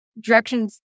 directions